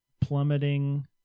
plummeting